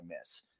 miss